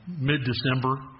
mid-December